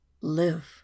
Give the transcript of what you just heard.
live